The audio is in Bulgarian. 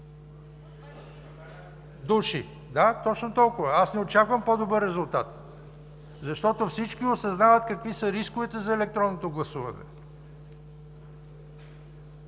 Души. Да, точно толкова. Аз не очаквам по-добър резултат, защото всички осъзнават какви са рисковете за електронното гласуване.